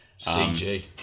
CG